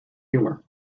humour